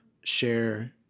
share